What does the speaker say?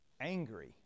angry